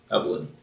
Evelyn